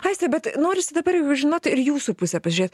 aiste bet norisi dabar jau žinot ir jūsų pusę pažiūrėt